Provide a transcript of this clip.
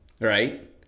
right